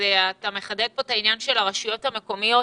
אתה מחדד פה את עניין הרשויות המקומיות.